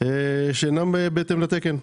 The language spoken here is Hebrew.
שאינם בהתאם לתקן,